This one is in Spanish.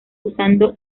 usando